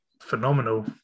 phenomenal